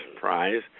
Prize